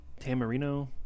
Tamarino